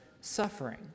suffering